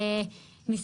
היושב ראש,